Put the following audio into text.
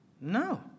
No